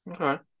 Okay